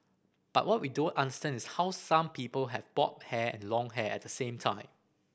but what we don't understand is how some people have bob hair and long hair at the same time